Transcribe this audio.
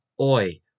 oi